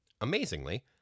Amazingly